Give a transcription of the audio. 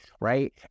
right